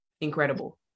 incredible